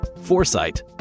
foresight